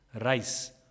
rice